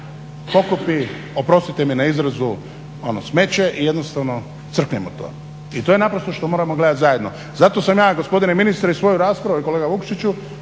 oprostite mi na izrazu ono smeće i jednostavno crkne motor. I to je naprosto što moramo gledati zajedno. Zato sam ja gospodine ministre i svoju raspravu i kolega Vukšiću